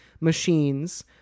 machines